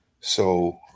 So-